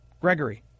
Gregory